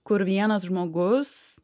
kur vienas žmogus